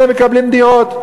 אלה מקבלים דירות,